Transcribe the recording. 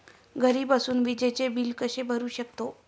घरी बसून विजेचे बिल कसे भरू शकतो?